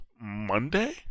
monday